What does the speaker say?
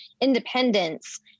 independence